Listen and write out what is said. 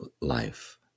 life